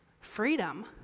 freedom